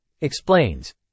explains